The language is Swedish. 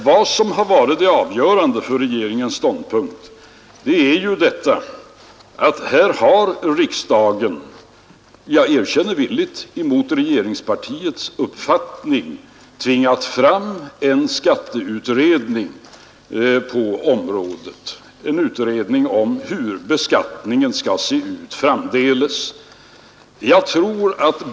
Vad som varit det avgörande för regeringens ståndpunkt är ju att här har riksdagen — jag erkänner villigt emot regeringspartiets uppfattning — tvingat fram en skatteutredning, en utredning om hur beskattningen skall se ut framdeles.